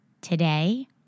Today